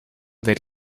del